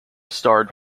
starred